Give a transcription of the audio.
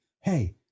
hey